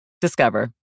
Discover